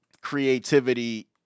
creativity